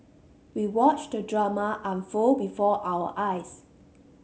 we watched the drama unfold before our eyes